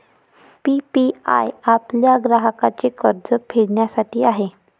PPI आपल्या ग्राहकांचे कर्ज फेडण्यासाठी आहे